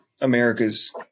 America's